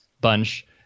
bunch